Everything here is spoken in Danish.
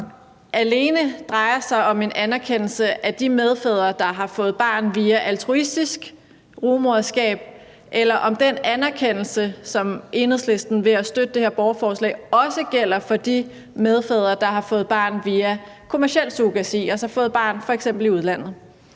så alene drejer sig om en anerkendelse af de medfædre, der har fået et barn via et altruistisk rugemoderskab, eller om den anerkendelse, som Enhedslisten giver ved at støtte det her borgerforslag, også gælder for de medfædre, der har fået et barn via kommerciel surrogati, altså f.eks. fået et barn i udlandet.